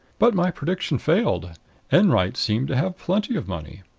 but my prediction failed enwright seemed to have plenty of money.